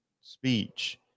speech